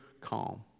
calm